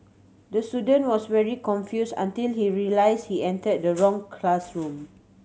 the student was very confused until he realised he entered the wrong classroom